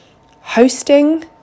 hosting